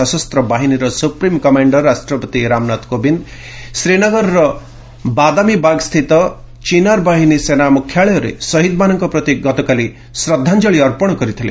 ସଶସ୍ତ ବାହିନୀର supreme commander ରାଷ୍ଟ୍ରପତି ରାମନାଥ କୋବିନ୍ଦ ଶ୍ରୀନଗରର ବାଦାମୀବାଗ୍ ସ୍ଥିତ ଚିନାରବାହିନୀ ସେନା ମୁଖ୍ୟାଳୟରେ ଶହୀଦ୍ମାନଙ୍କ ପ୍ରତି ଗତକାଲି ଶ୍ରଦ୍ଧାଞ୍ଜଳୀ ଅର୍ପଣ କରିଥିଲେ